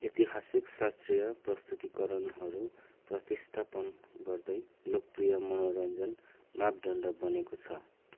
ऐतिहासिक शास्त्रीय प्रस्तुतीकरणहरू प्रतिस्थापन गर्दै लोकप्रिय मनोरञ्जन मापदण्ड बनेको छ